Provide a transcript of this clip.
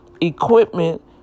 equipment